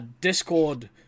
Discord